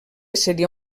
seria